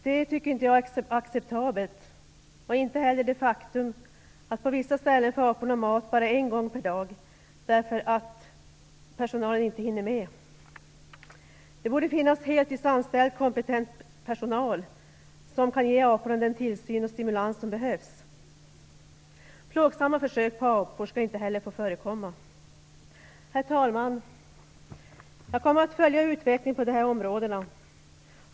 Jag tycker inte att detta är acceptabelt, inte heller det faktum att aporna på vissa ställen får mat bara en gång per dag, eftersom personalen inte har tillräckligt med tid. Det borde finnas heltidsanställd kompetent personal, som kan ge aporna den tillsyn och stimulans som behövs. Plågsamma försök på apor skall inte heller få förekomma. Herr talman! Jag kommer att följa utvecklingen på dessa områden.